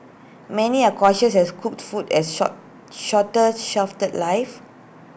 many are cautious as cooked food has short shorter shelf The Life